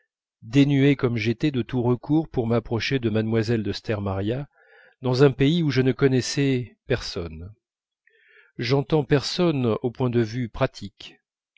dénué comme j'étais de tout recours pour m'approcher de mlle de stermaria dans un pays où je ne connaissais personne j'entends personne au point de vue pratique